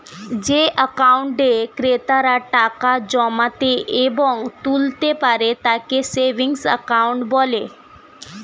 যে অ্যাকাউন্টে ক্রেতারা টাকা জমাতে এবং তুলতে পারে তাকে সেভিংস অ্যাকাউন্ট বলে